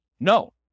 No